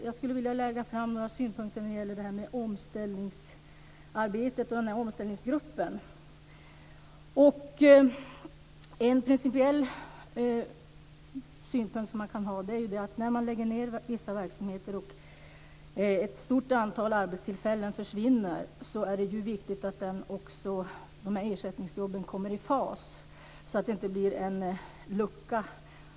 Jag skulle också vilja lägga fram några synpunkter på omställningsarbetet och omställningsgruppen. En principiell synpunkt som man kan ha är följande. När vissa verksamheter läggs ned och ett stort antal arbetstillfällen försvinner är det viktigt att ersättningsjobben kommer i fas, så att det inte blir en lucka.